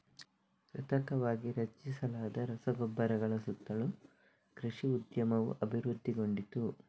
ಕೃತಕವಾಗಿ ರಚಿಸಲಾದ ರಸಗೊಬ್ಬರಗಳ ಸುತ್ತಲೂ ಕೃಷಿ ಉದ್ಯಮವು ಅಭಿವೃದ್ಧಿಗೊಂಡಿತು